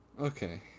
Okay